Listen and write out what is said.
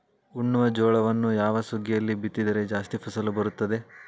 ಉಣ್ಣುವ ಜೋಳವನ್ನು ಯಾವ ಸುಗ್ಗಿಯಲ್ಲಿ ಬಿತ್ತಿದರೆ ಜಾಸ್ತಿ ಫಸಲು ಬರುತ್ತದೆ?